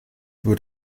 wird